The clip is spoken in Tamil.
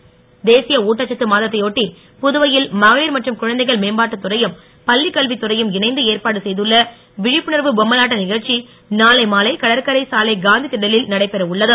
ஊட்டச்சத்து தேசிய ஊட்டச்சத்து மாதத்தையொட்டி புதுவையில் மகளிர் மற்றும் குழந்தைகள் மேம்பாட்டுத் துறையும் பள்ளிக்கல்வித் துறையும் இணைந்து ஏற்பாடு செய்துள்ள விழிப்புணர்வு பொம்மலாட்ட நிகழ்ச்சி நாளை மாலை கடற்கரை சாலை காந்தி திடலில் நடைபெற உள்ளது